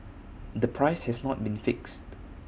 the price has not been fixed